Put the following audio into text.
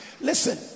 Listen